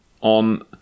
on